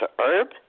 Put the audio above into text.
herb